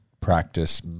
practice